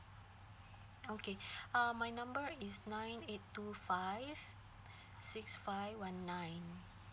okay uh my number is nine eight two five six five one nine